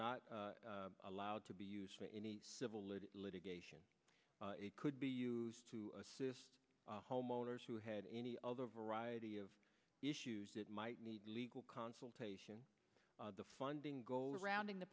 not allowed to be used by any civil litigation it could be used to assist homeowners who had any other variety of issues that might need legal consultation the funding goes around in the